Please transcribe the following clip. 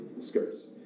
skirts